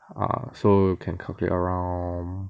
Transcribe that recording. err so you can calculate around